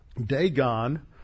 Dagon